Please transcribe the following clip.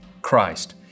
Christ